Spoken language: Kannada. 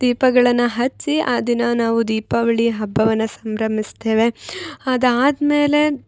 ದೀಪಗಳನ ಹಚ್ಚಿ ಆ ದಿನ ನಾವು ದೀಪಾವಳಿ ಹಬ್ಬವನ ಸಂಭ್ರಮಿಸ್ತೇವೆ ಅದಾದ್ಮೇಲೆ